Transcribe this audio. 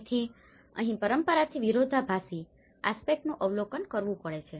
તેથી અહી પરંપરાથી વિરોધાભાસી આસ્પેક્ટનું અવલોકન કરવું પડે છે